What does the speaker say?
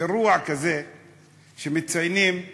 באירוע כזה שמציינים את